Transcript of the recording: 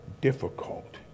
difficult